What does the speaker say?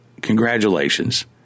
congratulations